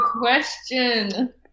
question